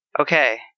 Okay